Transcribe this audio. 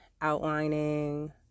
outlining